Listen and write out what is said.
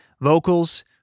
Vocals